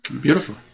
Beautiful